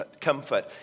comfort